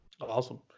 awesome